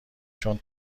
چون